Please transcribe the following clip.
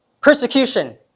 Persecution